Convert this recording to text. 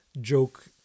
joke